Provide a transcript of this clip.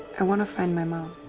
i wanna find my mom.